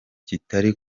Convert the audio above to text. kitari